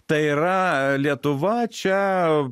tai yra lietuva čia